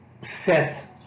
set